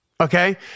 Okay